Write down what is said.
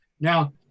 Now